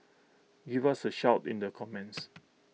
give us A shout in the comments